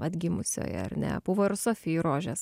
atgimusioje ar ne buvo ir sofy rožės